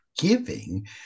giving